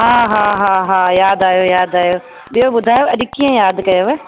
हा हा हा हा यादि आयो यादि आयो ॿियो ॿुधायो अॼु कीअं यादि कयोव